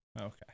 Okay